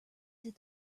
did